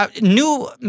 new